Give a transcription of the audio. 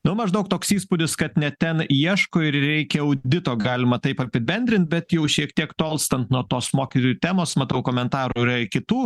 nu maždaug toks įspūdis kad ne ten ieško ir reikia audito galima taip apibendrin bet jau šiek tiek tolstant nuo tos mokytojų temos matau komentarų yra ir kitų